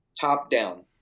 top-down